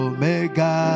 Omega